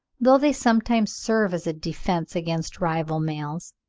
though they sometimes serve as a defence against rival males.